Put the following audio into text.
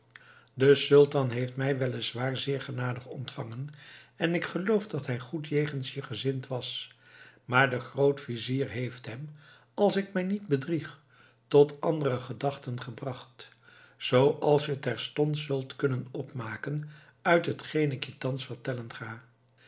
de sultan heeft mij wel is waar zeer genadig ontvangen en ik geloof dat hij goed jegens je gezind was maar de grootvizier heeft hem als ik mij niet bedrieg tot andere gedachten gebracht zooals je terstond zult kunnen opmaken uit hetgeen ik je thans vertellen ga